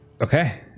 okay